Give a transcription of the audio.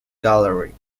gallery